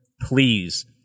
Please